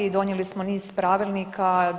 Donijeli smo niz pravilnika.